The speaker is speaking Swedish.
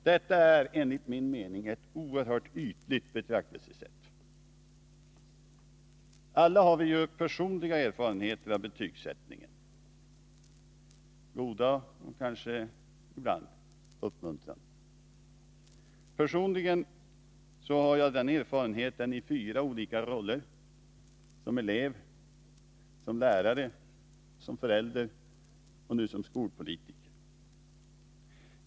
Detta är enligt min mening ett oerhört ytligt betraktelsesätt. Alla har vi personliga erfarenheter av betygsättning — ibland kanske goda och uppmuntrande. Själv har jag den erfarenheten i fyra roller: som elev, som lärare, som förälder och nu som skolpolitiker.